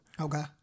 okay